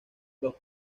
los